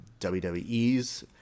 WWE's